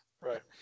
Right